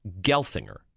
Gelsinger